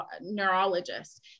neurologist